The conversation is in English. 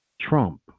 Trump